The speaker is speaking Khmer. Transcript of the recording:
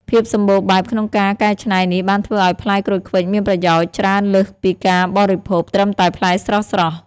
ភាពសម្បូរបែបក្នុងការកែច្នៃនេះបានធ្វើឲ្យផ្លែក្រូចឃ្វិចមានប្រយោជន៍ច្រើនលើសពីការបរិភោគត្រឹមតែផ្លែស្រស់ៗ។